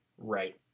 Right